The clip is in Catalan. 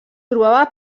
trobava